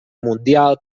mundial